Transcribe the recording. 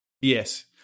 Yes